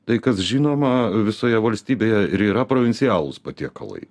tai kas žinoma visoje valstybėje ir yra provincialūs patiekalai